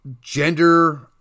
gender